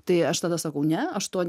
tai aš tada sakau ne aš to